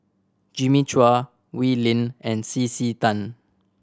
Jimmy Chua Wee Lin and C C Tan